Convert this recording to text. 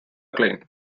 acclaim